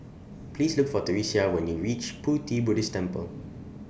Please Look For Theresia when YOU REACH Pu Ti Buddhist Temple